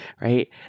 right